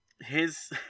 his-